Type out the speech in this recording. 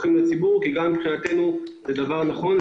ר שיש שינויים טכנולוגיים ואחרים שמשרד הבריאות הציף לפנינו באותה עת,